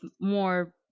more